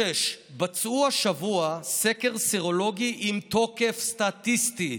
6. ביצעו השבוע סקר סרולוגי עם תוקף סטטיסטי.